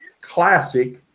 classic